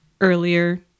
earlier